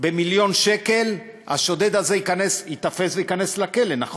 במיליון שקל, השודד הזה ייתפס וייכנס לכלא, נכון?